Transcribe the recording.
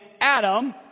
Adam